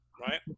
right